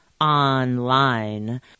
online